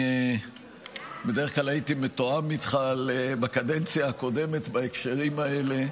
בדרך כלל הייתי מתואם איתך בקדנציה הקודמת בהקשרים האלה,